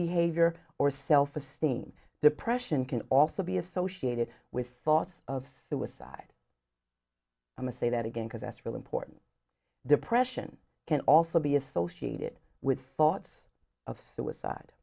behavior or self esteem depression can also be associated with thoughts of suicide i must say that again because that's real important depression can also be associated with thoughts of suicide